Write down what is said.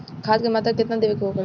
खाध के मात्रा केतना देवे के होखे?